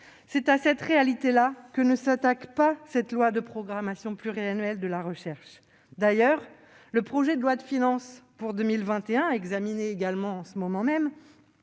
C'est à cette réalité que ne s'attaque pas cette loi de programmation pluriannuelle de la recherche (LPPR). À cet égard, le projet de loi de finances pour 2021, également examiné en ce moment même,